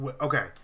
okay